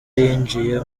yinjiye